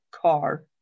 car